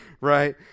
right